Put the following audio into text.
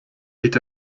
est